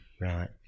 Right